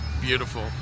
beautiful